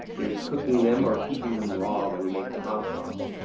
there's cooking them or keeping them raw when you make the hot sauce.